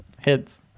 Heads